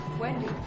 Wendy